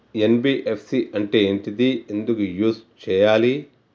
NBFC అంటే ఏంటిది ఎందుకు యూజ్ చేయాలి?